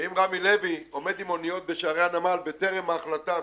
ואם רמי לוי עומד עם מוניות בשערי הנמל בטרם החלטה,